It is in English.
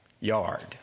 yard